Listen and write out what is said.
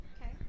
Okay